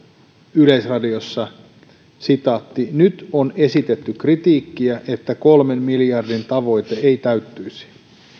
yleisradiossa nyt on esitetty kritiikkiä että kolmen miljardin tavoite ei täyttyisi